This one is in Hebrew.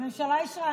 הממשלה אישרה.